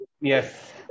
Yes